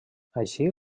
així